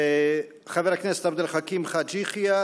חבר הכנסת עבד אל חכים חאג' יחיא.